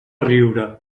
riure